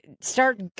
start